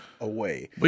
away